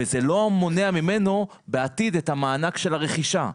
וזה לא מונע ממנו בעתיד את המענק של הרכישה.